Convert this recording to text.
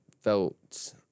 felt